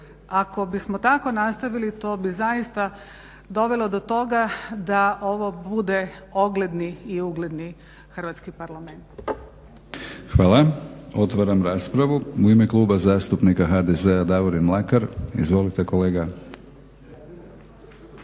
Ako bismo tako nastavili to bi zaista dovelo do toga da ovo bude ogledni i ugledni Hrvatski parlament. **Batinić, Milorad (HNS)** Hvala. Otvaram raspravu. U ime Kluba zastupnika HDZ-a Davorin Mlakar. Izvolite kolega.